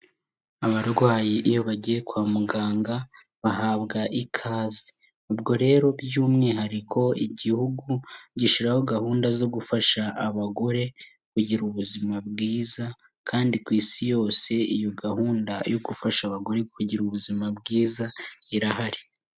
Abarwayi iyo bagiye kwa muganga bahabwa ikaze. Ubwo rero by'umwihariko igihugu gishyiraho gahunda zo gufasha abagore kugira ubuzima bwiza, kandi ku isi yose iyo gahunda yo gufasha abagore kugira ubuzima bwiza irahari.